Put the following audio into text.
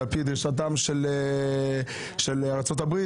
זה על פי דרישתה של ארצות הברית,